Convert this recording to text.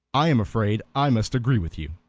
i am afraid i must agree with you.